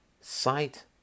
sight